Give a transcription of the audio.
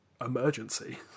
emergency